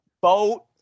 Boat